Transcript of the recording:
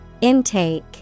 Intake